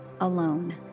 alone